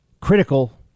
critical